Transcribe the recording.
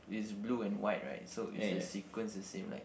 is blue and white right so is the sequence the same like